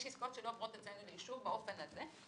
יש עסקאות שלא עוברות אצלנו לאישור באופן הזה,